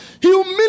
humility